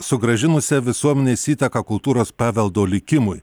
sugrąžinusia visuomenės įtaką kultūros paveldo likimui